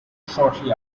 shortly